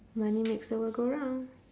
money makes the world go round